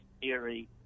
theory